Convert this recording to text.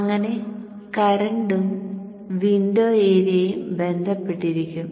അങ്ങനെ കറന്റും വിൻഡോ ഏരിയയും ബന്ധപ്പെട്ടിരിക്കും